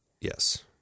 Yes